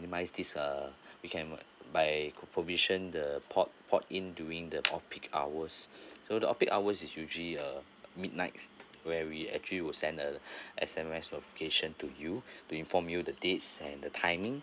minimise this uh we can by provision the port port in during the off peak hours so the off peak hours is usually uh midnight where we actually will send a S_M_S notification to you to inform you the dates and the timing